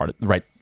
right